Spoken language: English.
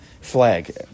flag